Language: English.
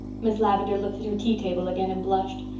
miss lavendar looked at her tea table again, and blushed.